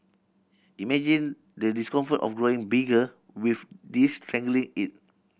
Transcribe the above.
imagine the discomfort of growing bigger with this strangling it